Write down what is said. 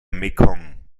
mekong